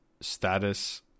status